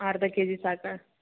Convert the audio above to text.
ಅರ್ಧ ಕೆಜಿ ಸಾಕಾ